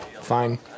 fine